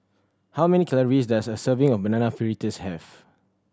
how many calories does a serving of Banana Fritters have